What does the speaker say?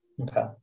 Okay